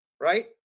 Right